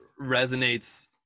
resonates